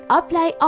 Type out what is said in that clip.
apply